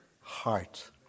heart